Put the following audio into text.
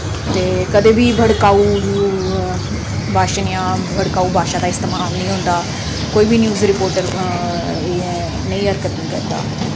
ते कदें बी भड़काऊ भाशण जां भड़काऊ भाशा दा इस्तेमाल निं होंदा कोई बी न्यूस रिपोर्टर ए नेही हरकत निं करदा